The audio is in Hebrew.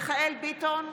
מיכאל מרדכי ביטון,